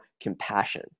compassion